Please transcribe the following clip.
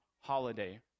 holiday